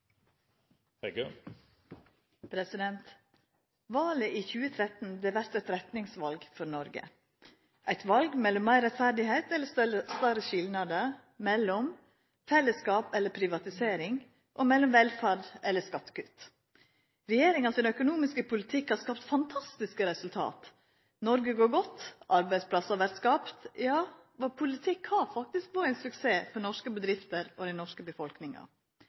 instansene. Valet i 2013 vert eit retningsval for Noreg – eit val mellom meir rettferd og større skilnader, mellom fellesskap og privatisering, og mellom velferd og skattekutt. Regjeringa sin økonomiske politikk har skapt fantastiske resultat. Noreg går godt, arbeidsplassar vert skapte, ja, vår politikk har faktisk vore ein suksess for norske bedrifter og den norske befolkninga.